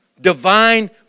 divine